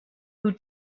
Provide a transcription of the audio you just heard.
who